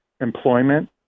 employment